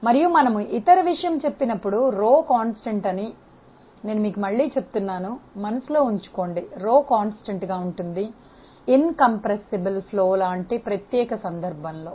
మరియు మేము చెప్పినప్పుడు రో స్థిరంగా ఇతర విషయం స్థిరంగా నేను మీకు మళ్లీ చెప్తున్నాను మనసులో ఉంచు కొండి రో స్థిరాంకం తో సమానంగా ఉంటుంది కుదించడానికి వీలుకాని ప్రవాహం యొక్క ప్రత్యేక సందర్భం లో